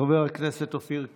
חבר הכנסת אופיר כץ.